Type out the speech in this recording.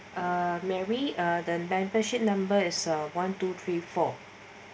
uh mary the beneficent number is one two three four